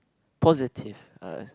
positive uh